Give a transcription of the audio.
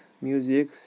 music